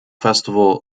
festival